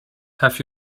have